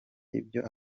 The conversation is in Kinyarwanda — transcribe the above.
ibyo